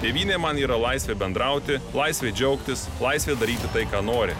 tėvynė man yra laisvė bendrauti laisvė džiaugtis laisve daryti tai ką nori